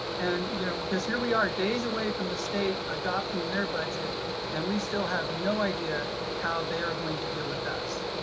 and you know because here we are days away from the state adopting their budget and we still have no idea how they are going to deal with us.